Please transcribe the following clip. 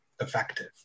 effective